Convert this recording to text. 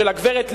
של הגברת לבני,